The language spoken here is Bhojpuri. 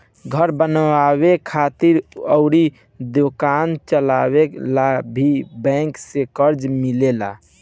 घर बनावे खातिर अउर दोकान चलावे ला भी बैंक से कर्जा मिलेला